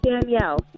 Danielle